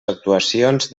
actuacions